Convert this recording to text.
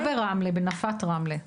לא ברמלה, בנפת רמלה.